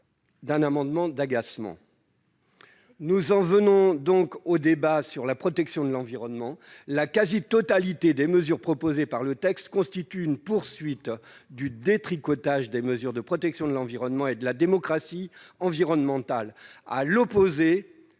un amendement d'agacement. Nous en venons donc au débat sur la protection de l'environnement. La quasi-totalité des mesures figurant dans le texte constitue une poursuite du détricotage des mesures relatives à la protection de l'environnement et à la démocratie environnementale, à l'opposé